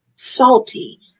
salty